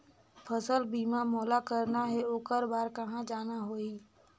फसल बीमा मोला करना हे ओकर बार कहा जाना होही?